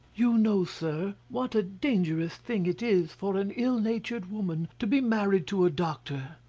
you know, sir, what a dangerous thing it is for an ill-natured woman to be married to a doctor.